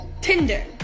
Tinder